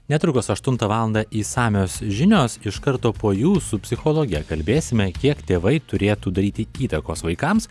netrukus aštuntą valandą išsamios žinios iš karto po jų su psichologe kalbėsime kiek tėvai turėtų daryti įtakos vaikams